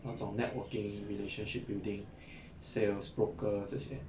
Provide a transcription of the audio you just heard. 那种 networking relationship building sales broker 这些